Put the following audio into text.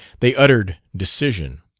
they uttered decision.